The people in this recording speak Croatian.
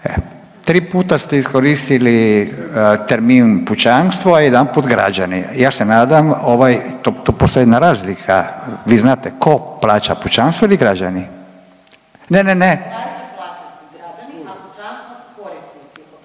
3 puta ste iskoristili termin pučanstvo, a 1 građani. Ja se nadam, ovaj, tu postoji jedna razlika. Vi znate tko plaća pučanstvo ili građani. Ne, ne, ne.